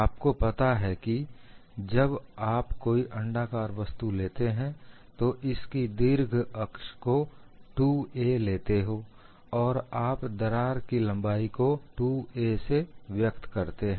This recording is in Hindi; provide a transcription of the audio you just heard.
आपको पता है कि जब आप कोई अंडाकार वस्तु लेते हैं तो इसकी दीर्घ अक्ष को 2a लेते हो और आप दरार की लंबाई को 2a से व्यक्त करते हैं